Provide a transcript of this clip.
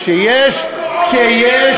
כשיש,